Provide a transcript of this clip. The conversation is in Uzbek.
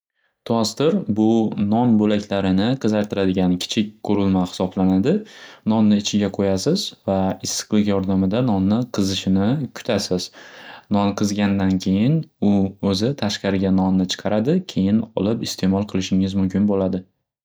Tostr bu non bo'laklarini qizartiradigan kichik qurilma xisoblanadi. Nonni ichiga qo'yasz va issiqlik yordamida nonni qizishini kutasz, non qizigandan keyin u o'zi tashqariga nonni chiqaradi keyin olib iste'mol qilishingiz mumkin bo'ladi.